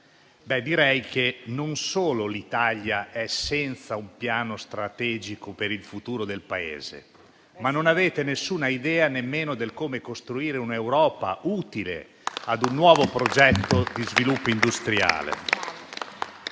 direi che non solo l'Italia è priva di un piano strategico per il futuro del Paese, ma non avete alcuna idea nemmeno rispetto a come costruire un'Europa utile ad un nuovo progetto di sviluppo industriale.